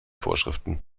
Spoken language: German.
vorschriften